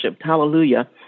Hallelujah